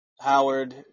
Howard